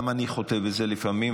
גם אני חוטא בזה לפעמים,